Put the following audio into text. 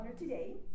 today